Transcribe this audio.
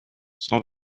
sans